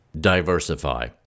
Diversify